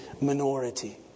minority